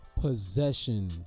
possession